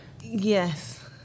Yes